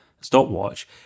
stopwatch